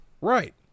Right